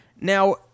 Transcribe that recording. Now